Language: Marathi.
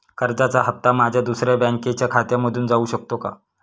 कर्जाचा हप्ता माझ्या दुसऱ्या बँकेच्या खात्यामधून जाऊ शकतो का?